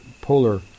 polar